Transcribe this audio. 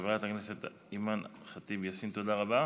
חברת אימאן ח'טיב יאסין, תודה רבה.